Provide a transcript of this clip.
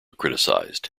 criticised